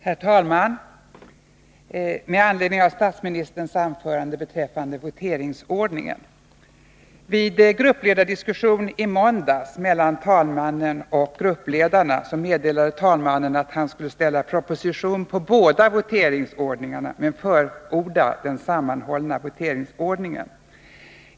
Herr talman! Med anledning av statsministerns anförande beträffande voteringsordningen vill jag anföra följande. Vid gruppledardiskussionen i måndags med talmannen och gruppledarna meddelade talmannen att han skulle ställa proposition på båda voteringsordningarna men förorda den sammanhållna voteringsordningen.